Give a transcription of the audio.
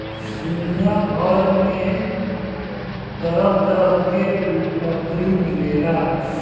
दुनिया भर में तरह तरह के लकड़ी मिलेला